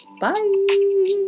Bye